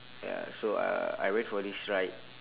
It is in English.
ya so uh I went for this ride